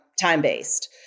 time-based